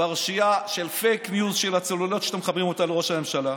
פרשייה של פייק ניוז של הצוללות שאתם מחברים אותה לראש הממשלה?